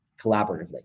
collaboratively